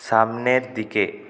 সামনের দিকে